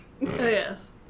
Yes